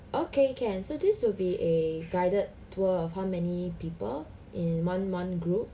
okay can so this will be a guided tour of how many people in one one group